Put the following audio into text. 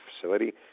facility